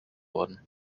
worden